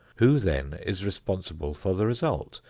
who then is responsible for the result?